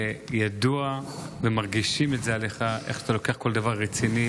וידוע ומרגישים עליך איך אתה לוקח כל דבר רציני